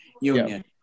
Union